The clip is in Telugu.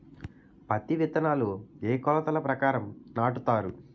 పత్తి విత్తనాలు ఏ ఏ కొలతల ప్రకారం నాటుతారు?